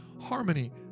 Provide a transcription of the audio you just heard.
harmony